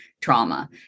trauma